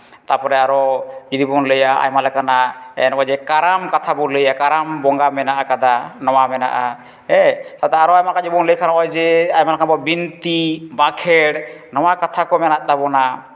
ᱛᱟᱨᱯᱚᱨᱮ ᱟᱨᱚ ᱡᱩᱫᱤ ᱵᱚᱱ ᱞᱟᱹᱭᱟ ᱟᱭᱢᱟ ᱞᱮᱠᱟᱱᱟᱜ ᱱᱚᱜᱼᱚᱭ ᱡᱮ ᱠᱟᱨᱟᱢ ᱠᱟᱛᱷᱟ ᱵᱚᱱ ᱞᱟᱹᱭᱟ ᱠᱟᱨᱟᱢ ᱵᱚᱸᱜᱟ ᱢᱮᱱᱟᱜ ᱠᱟᱫᱟ ᱱᱚᱣᱟ ᱢᱮᱱᱟᱜᱼᱟ ᱦᱮᱸ ᱥᱟᱶᱛᱮ ᱟᱨᱚ ᱢᱮᱱᱟᱜᱼᱟ ᱡᱮᱢᱚᱱ ᱞᱟᱹᱭ ᱠᱷᱟᱱ ᱱᱚᱜᱼᱚᱭ ᱡᱮ ᱟᱭᱢᱟ ᱞᱮᱠᱟᱵᱚ ᱵᱤᱱᱛᱤ ᱵᱟᱸᱠᱷᱮᱲ ᱱᱚᱣᱟ ᱠᱟᱛᱷᱟ ᱠᱚ ᱢᱮᱱᱟᱜ ᱛᱟᱵᱚᱱᱟ